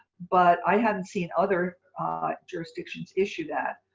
but i haven't seen other jurisdictions issue that.